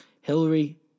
Hillary